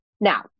Now